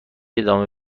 ادامه